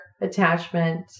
attachment